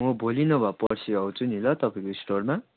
म भोलि नभा पर्सि आउँछु नि ल तपाईँको स्टोरमा